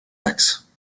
axes